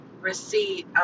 receipt